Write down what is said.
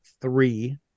three